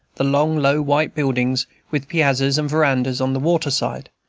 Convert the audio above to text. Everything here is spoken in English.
the long low, white buildings, with piazzas and verandas on the water-side